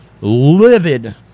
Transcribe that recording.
livid